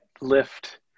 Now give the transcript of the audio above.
lift